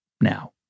now